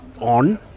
on